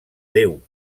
déu